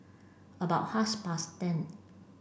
about past ten